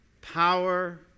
power